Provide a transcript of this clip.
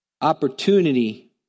Opportunity